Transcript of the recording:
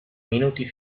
minuti